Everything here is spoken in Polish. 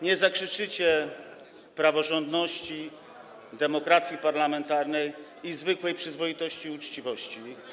Nie zakrzyczycie praworządności, demokracji parlamentarnej, zwykłej przyzwoitości i uczciwości.